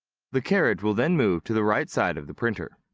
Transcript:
the carriage will then move to the right side of the printer.